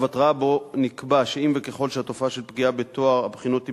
שבו נקבע שאם וככל שהתופעה של פגיעה בטוהר הבחינות תימשך,